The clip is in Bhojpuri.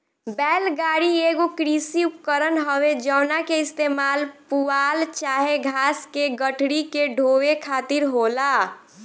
बैल गाड़ी एगो कृषि उपकरण हवे जवना के इस्तेमाल पुआल चाहे घास के गठरी के ढोवे खातिर होला